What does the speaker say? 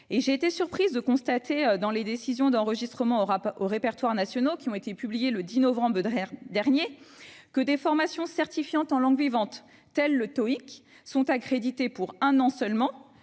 en outre été surprise de constater, dans les décisions d'enregistrement aux répertoires nationaux publiées le 10 novembre dernier, que des formations certifiantes en langue vivante comme le TOEIC,, sont accréditées pour un an seulement,